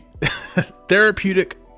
therapeutic